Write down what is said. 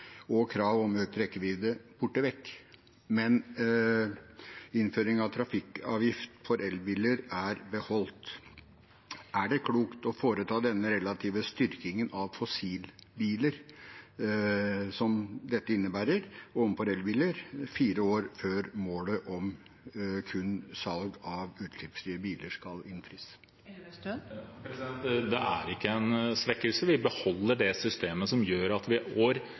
og krav om økt rekkevidde borte vekk, men innføring av trafikkforsikringsavgift for elbiler er beholdt. Er det klokt å foreta denne relative styrkingen av fossilbiler som dette innebærer, overfor elbiler, fire år før målet om salg av kun utslippsfrie biler skal innføres? Det er ikke en svekkelse. Vi beholder det systemet som gjør at elbilsalget i år